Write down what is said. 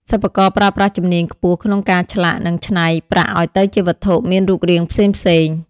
សិប្បករប្រើប្រាស់ជំនាញខ្ពស់ក្នុងការឆ្លាក់ និង ច្នៃ ប្រាក់ឱ្យទៅជាវត្ថុមានរូបរាងផ្សេងៗ។